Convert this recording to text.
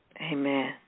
Amen